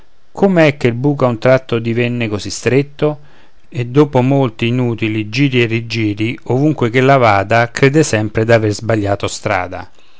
com'è che il buco a un tratto divenne così stretto e dopo molti inutili giri e rigiri ovunque ch'ella vada crede sempre d'aver sbagliato strada